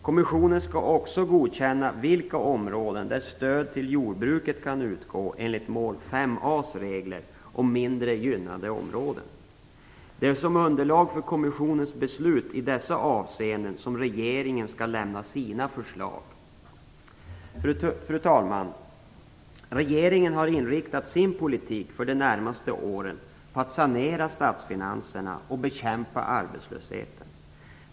Kommissionen skall också godkänna de områden där stöd till jordbruket kan utgå enligt mål 5a:s regler om mindre gynnade områden. Det är som underlag för kommissionens beslut i dessa avseenden som regeringen skall lämna sina förslag. Fru talman! Regeringen har inriktat sin politik för de närmaste åren på att sanera statsfinanserna och bekämpa arbetslösheten.